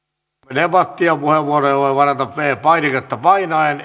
debattia puheenvuoroja voi varata viides painiketta painaen